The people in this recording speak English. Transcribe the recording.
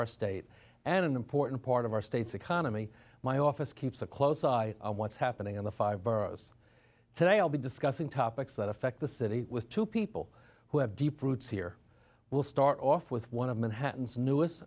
our state and an important part of our state's economy my office keeps a close eye on what's happening in the five boroughs today i'll be discussing topics that affect the city with two people who have deep roots here we'll start off with one of manhattan's newest